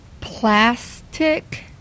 Plastic